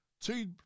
Two